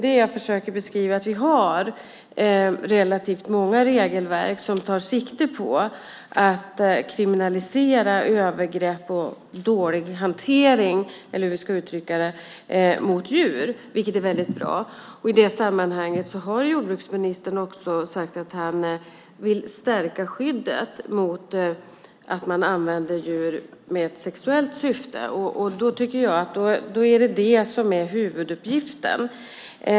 Det jag försöker beskriva är att vi har relativt många regelverk som tar sikte på att kriminalisera övergrepp mot och dålig hantering, eller hur jag ska uttrycka det, av djur, vilket är väldigt bra. I det sammanhanget har jordbruksministern också sagt att han vill stärka skyddet mot att djur används i sexuellt syfte, och det tycker jag är huvuduppgiften.